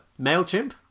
MailChimp